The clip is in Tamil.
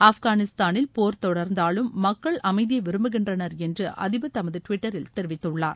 ஆப்கானிஸ்தானில் போா் தொடர்ந்தாலும் மக்கள் அமைதியை விரும்புகின்றனா் என்று அதிபா் தமது டுவிட்டரில் தெரிவித்துள்ளார்